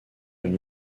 une